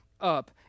up